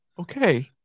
Okay